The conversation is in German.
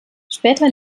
später